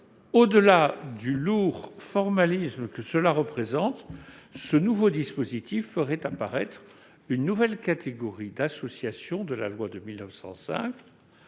Au-delà du lourd formalisme que cela représente, ce nouveau dispositif ferait apparaître une nouvelle catégorie d'associations de la loi de 1905